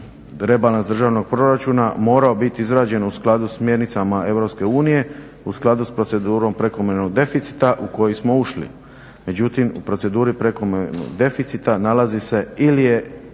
rebalans državnog proračuna morao biti izrađen u skladu smjernicama EU u skladu sa procedurom prekomjernog deficita u koji smo ušli. Međutim u proceduri prekomjernog deficita nalazi se ili je